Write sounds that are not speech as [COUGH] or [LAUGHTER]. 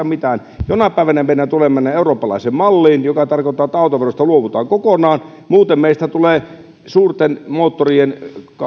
[UNINTELLIGIBLE] mitään jonain päivänä meidän tulee mennä eurooppalaiseen malliin joka tarkoittaa että autoverosta luovutaan kokonaan muuten meistä tulee suurten moottorien